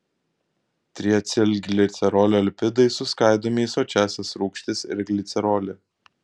triacilglicerolio lipidai suskaidomi į sočiąsias rūgštis ir glicerolį